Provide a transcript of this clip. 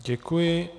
Děkuji.